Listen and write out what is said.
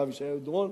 הרב ישעיהו דורון,